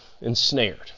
ensnared